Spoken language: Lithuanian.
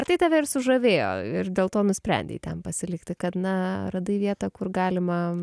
ar tai tave ir sužavėjo ir dėl to nusprendei ten pasilikti kad na radai vietą kur galima